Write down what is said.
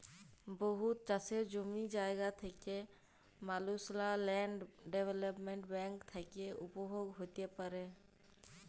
বহুত চাষের জমি জায়গা থ্যাকা মালুসলা ল্যান্ড ডেভেলপ্মেল্ট ব্যাংক থ্যাকে উপভোগ হ্যতে পারে